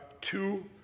two